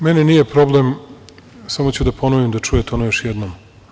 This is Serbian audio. Meni nije problem, samo ću da ponovim da čujete još jednom.